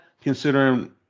considering